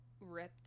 ripped